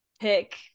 pick